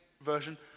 Version